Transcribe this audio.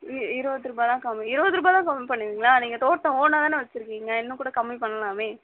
இ இருபது ரூபா தான் கம்மி இருபது ரூபா தான் கம்மி பண்ணுவீங்களா நீங்கள் தோட்டம் ஓனாக தானே வச்சுருக்கீங்க இன்னும் கூட கம்மி பண்ணலாமே